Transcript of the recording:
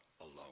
alone